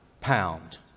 pound